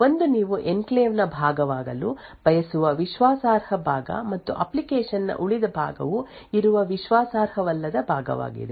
ಒಂದು ನೀವು ಎನ್ಕ್ಲೇವ್ ನ ಭಾಗವಾಗಲು ಬಯಸುವ ವಿಶ್ವಾಸಾರ್ಹ ಭಾಗ ಮತ್ತು ಅಪ್ಲಿಕೇಶನ್ ನ ಉಳಿದ ಭಾಗವು ಇರುವ ವಿಶ್ವಾಸಾರ್ಹವಲ್ಲದ ಭಾಗವಾಗಿದೆ